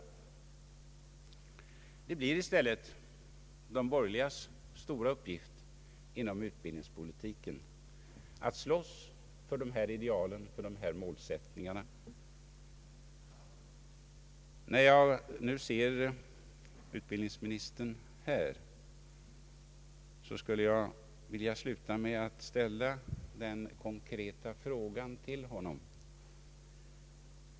Det blir i stället de borgerligas stora uppgift inom utbildningspolitiken att slåss för dessa ideal, för dessa målsättningar. När jag nu ser utbildningsministern här närvarande, skulle jag vilja sluta mitt anförande med att ställa en fråga till honom.